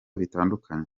bitandukanye